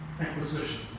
acquisition